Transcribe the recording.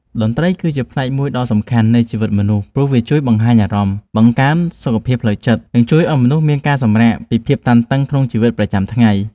តន្ត្រីគឺជាផ្នែកមួយដ៏សំខាន់នៃជីវិតមនុស្ស ព្រោះវាជួយបង្ហាញអារម្មណ៍ បង្កើនសុខភាពផ្លូវចិត្ត និងជួយឱ្យមនុស្សមានការសម្រាកពីភាពតានតឹងក្នុងជីវិតប្រចាំថ្ងៃ។